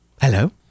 Hello